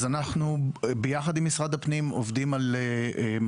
אז אנחנו ביחד עם משרד הפנים עובדים על מהלך,